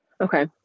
Okay